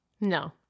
No